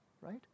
right